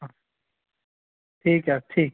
অঁ ঠিক আ ঠিক